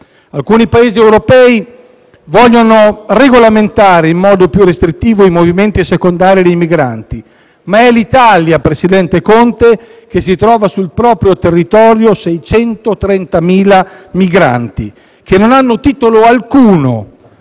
Alcuni Paesi europei vogliono regolamentare in modo più restrittivo i movimenti secondari dei migranti ma, Presidente Conte, è l'Italia che si trova sul proprio territorio 630.000 migranti, che non hanno titolo alcuno